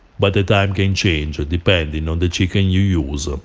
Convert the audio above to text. but the time can change depending on the chicken you use. ah